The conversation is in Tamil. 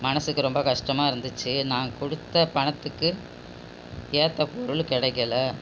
மனதுக்கு ரொம்ப கஷ்டமாக இருந்துச்சு நான் கொடுத்த பணத்துக்கு ஏற்ற பொருள் கிடைக்கல